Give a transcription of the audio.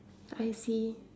I see